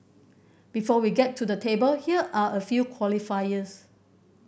before we get to the table here are a few qualifiers